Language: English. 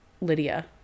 Lydia